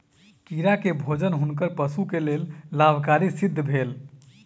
कीड़ा के भोजन हुनकर पशु के लेल लाभकारी सिद्ध भेल